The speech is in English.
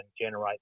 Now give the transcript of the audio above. generate